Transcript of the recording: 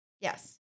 Yes